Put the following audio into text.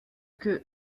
que